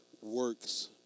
works